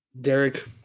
Derek